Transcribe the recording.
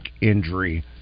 injury